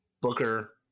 Booker